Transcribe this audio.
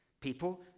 People